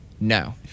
No